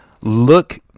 Look